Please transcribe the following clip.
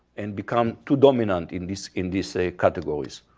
and become two dominant in these in these ah categories.